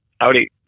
Howdy